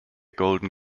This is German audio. golden